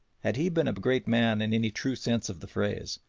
had he been a great man in any true sense of the phrase,